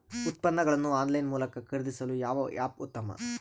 ಉತ್ಪನ್ನಗಳನ್ನು ಆನ್ಲೈನ್ ಮೂಲಕ ಖರೇದಿಸಲು ಯಾವ ಆ್ಯಪ್ ಉತ್ತಮ?